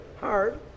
hard